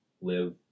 live